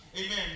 Amen